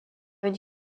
une